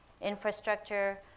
infrastructure